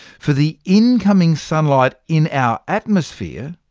for the incoming sunlight in our atmosphere,